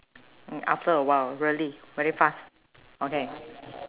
mm after a while really very fast okay